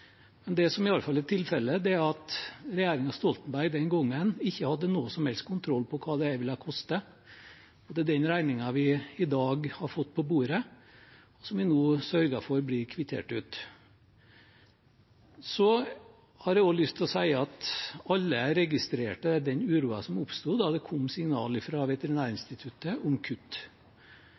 Men det som i alle fall er tilfellet, er at regjeringen Stoltenberg den gangen ikke hadde noen som helst kontroll på hva dette ville koste. Det er den regningen vi i dag har fått på bordet, og som vi nå sørger for blir kvittert ut. Jeg har også lyst til å si at alle registrerte den uroen som oppsto da det kom signal fra Veterinærinstituttet om kutt.